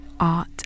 art